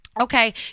Okay